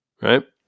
Right